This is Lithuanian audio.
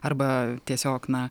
arba tiesiog na